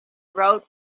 rote